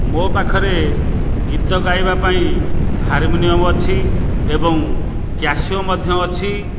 ମୋ ପାଖରେ ଗୀତ ଗାଇବା ପାଇଁ ହାର୍ମୋନିୟମ ଅଛି ଏବଂ କ୍ୟାସିଓ ମଧ୍ୟ ଅଛି